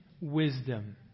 wisdom